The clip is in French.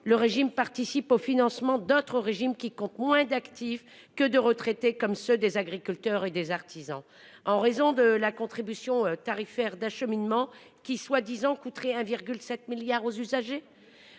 le régime participe au financement d'autres régimes, qui comptent moins d'actifs que de retraités, comme ceux des agriculteurs et des artisans. En raison de la contribution tarifaire d'acheminement, censée coûter 1,7 milliard d'euros aux usagers ?